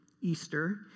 Easter